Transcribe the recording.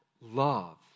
love